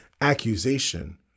accusation